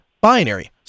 binary